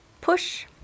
push